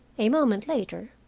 a moment later,